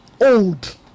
old